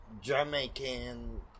Jamaican